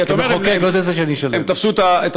כי אתה אומר: הם תפסו את הרכוש.